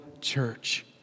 church